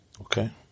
Okay